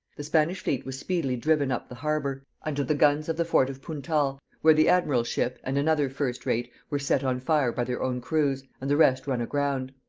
the spanish fleet was speedily driven up the harbour, under the guns of the fort of puntal, where the admiral's ship and another first-rate were set on fire by their own crews, and the rest run aground.